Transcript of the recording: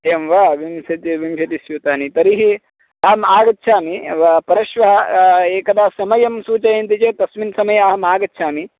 एवं वा विंशतिः विंशतिः स्यूतानि तर्हि अहम् आगच्छामि वा परश्वः एकदा समयं सूचयन्ति चेत् तस्मिन् समये अहम् आगच्छामि